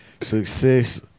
Success